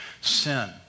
sin